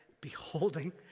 beholding